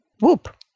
Whoop